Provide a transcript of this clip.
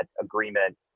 agreement